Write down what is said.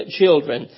children